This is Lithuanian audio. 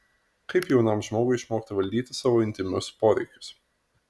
kaip jaunam žmogui išmokti valdyti savo intymius poreikius